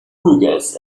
hookahs